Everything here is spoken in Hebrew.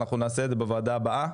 נעשה את זה בוועדה הבאה.